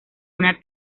una